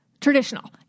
traditional